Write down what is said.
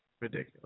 ridiculous